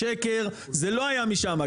שקר זה לא היה משמה,